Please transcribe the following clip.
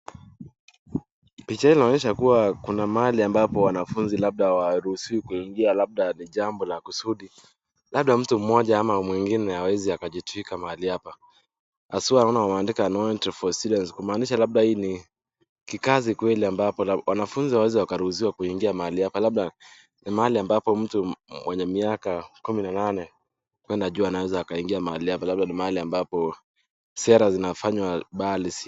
Picha hii inaonyesha kuwa kuna mahali ambapo wanafunzi hawaruhusiwi kuingia labda ni jambo la kusudi. Labda mtu moja ama mwingine hawezi akajitwika mahali hapa. Aswa naona imeandikwa No Entry for students,(cs), kumaanisha labda hii ni kikazi kweli ambapo wanafunzi hawawezi wakaruhusiwa kuingia mahali hapa. Labda ni mahali ambapo mtu mwenye miaka kumi na nane kuenda juu anaweza akaingia mahali hapa, labda ni mahali ambapo sera zinafanywa mbali si.